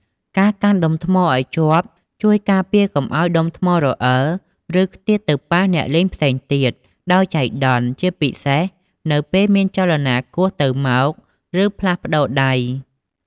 ការកាន់ដុំថ្មឲ្យជាប់ជួយការពារកុំឲ្យដុំថ្មរអិល ឬខ្ទាតទៅប៉ះអ្នកលេងផ្សេងទៀតដោយចៃដន្យ ជាពិសេសនៅពេលមានចលនាគោះទៅមក ឬផ្លាស់ប្តូរដៃ។